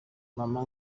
mama